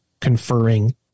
conferring